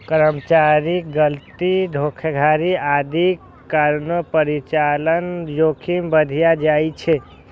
कर्मचारीक गलती, धोखाधड़ी आदिक कारणें परिचालन जोखिम बढ़ि जाइ छै